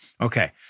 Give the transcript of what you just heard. Okay